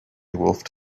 wolfed